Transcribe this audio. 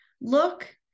look